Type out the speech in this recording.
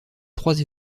trois